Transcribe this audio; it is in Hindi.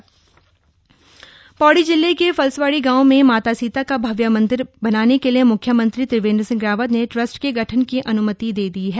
माता सीता मंदिर पौड़ी जिले के फलस्वाड़ी गांव में माता सीता का भव्य मंदिर बनाने के लिए म्ख्यमंत्री त्रिवेंद्र सिंह रावत ने ट्रस्ट के गठन की अन्मति दे दी है